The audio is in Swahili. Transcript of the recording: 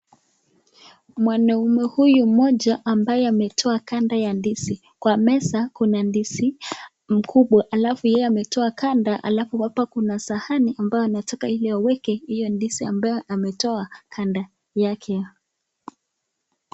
Mwanaume huyu mmoja ambaye ametoa ganda ya ndizi. Kwa meza kuna ndizi mkubwa alafu yeye ametoa ganda alafu hapa kuna sahani ambao anataka ili aweke hio ndizi ambayo ametoa ganda yake.